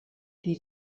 die